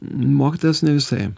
mokytojas ne visai